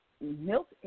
milk